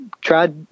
tried